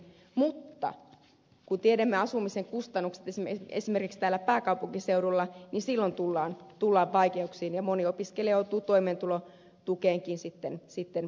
mutta kun tiedämme asumisen kustannukset esimerkiksi täällä pääkaupunkiseudulla silloin tullaan vaikeuksiin ja moni opiskelija joutuu toimeentulotukeenkin turvautumaan